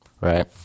right